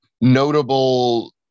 notable